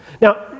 Now